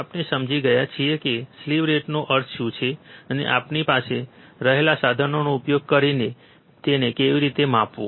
આપણે સમજી ગયા છીએ કે સ્લીવ રેટનો અર્થ શું છે અને આપણી પાસે રહેલા સાધનોનો ઉપયોગ કરીને તેને કેવી રીતે માપવું